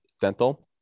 dental